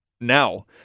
now